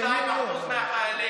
איזה יום היום?